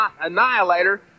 annihilator